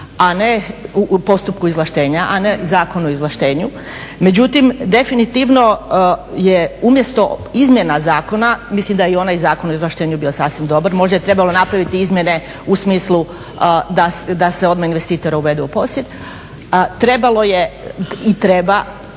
u postupku izvlaštenja, a ne Zakon o izvlaštenju. Međutim, definitivno je umjesto izmjena zakona, mislim da je i onaj Zakon o izvlaštenju bio sasvim dobar. Možda je trebalo napraviti izmjene u smislu da se odmah investitora uvede u posjed. Trebalo je, i treba